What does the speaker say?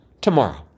tomorrow